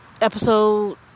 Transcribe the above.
episode